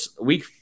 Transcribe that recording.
week